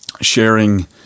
Sharing